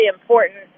important